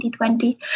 2020